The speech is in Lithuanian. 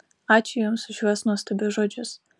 ačiū jums už šiuos nuostabius žodžius